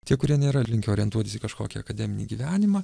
tie kurie nėra linkę orientuotis į kažkokį akademinį gyvenimą